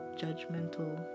judgmental